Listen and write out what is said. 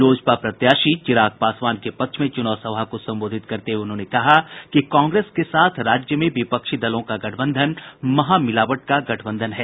लोजपा प्रत्याशी चिराग पासवान के पक्ष में चुनाव सभा को संबोधित करते हुए उन्होंने कहा कि कांग्रेस के साथ राज्य में विपक्षी दलों का गठबंधन महामिलावट का गठबंधन है